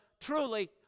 truly